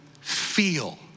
feel